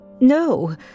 No